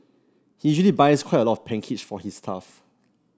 he usually buys quite a lot of pancakes for his staff